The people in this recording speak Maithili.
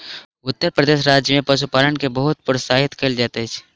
उत्तर प्रदेश राज्य में पशुपालन के बहुत प्रोत्साहित कयल जाइत अछि